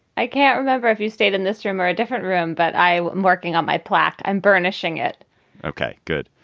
i can't remember if you stayed in this room or a different room that i am working on my plaque and burnishing it okay, good.